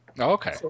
Okay